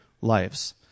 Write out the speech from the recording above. lives